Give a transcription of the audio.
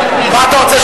מה אתה רוצה,